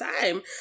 time